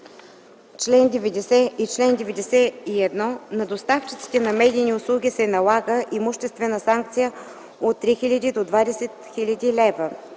чл. 90 и чл. 91 на доставчиците на медийни услуги се налага имуществена санкция от 3000 до 20 000 лв.